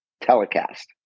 telecast